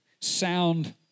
sound